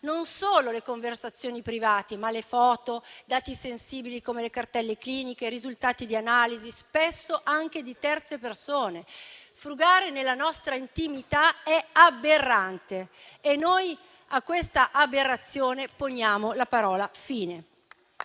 non solo le conversazioni private, ma foto, dati sensibili come le cartelle cliniche, risultati di analisi (spesso anche di terze persone). Frugare nella nostra intimità è aberrante e noi a questa aberrazione poniamo la parola "fine".